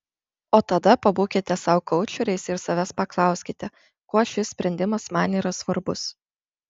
o tada pabūkite sau koučeriais ir savęs paklauskite kuo šis sprendimas man yra svarbus